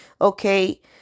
okay